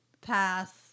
Pass